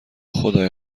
خدای